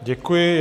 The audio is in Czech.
Děkuji.